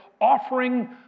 offering